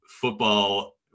football